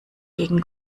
gegen